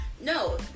No